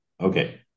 Okay